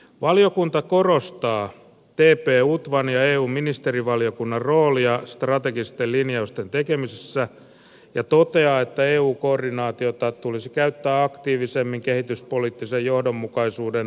valiokunta korostaa tp utvan ja eu ministerivaliokunnan roolia strategisten linjausten tekemisessä ja toteaa että eu koordinaatiota tulisi käyttää aktiivisemmin kehityspoliittisen johdonmukaisuuden vahvistamiseksi